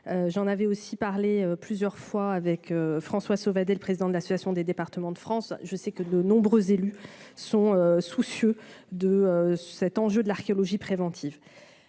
j'en avais aussi parlé plusieurs fois avec François Sauvadet, le président de l'association des départements de France, je sais que de nombreux élus sont soucieux de cet enjeu de l'archéologie préventive,